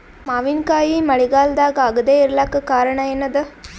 ಮಾವಿನಕಾಯಿ ಮಳಿಗಾಲದಾಗ ಆಗದೆ ಇರಲಾಕ ಕಾರಣ ಏನದ?